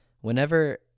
whenever